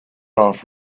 off